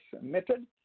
method